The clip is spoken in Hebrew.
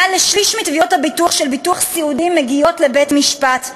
מעל לשליש מתביעות הביטוח של ביטוח סיעודי מגיעות לבית-משפט.